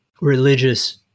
religious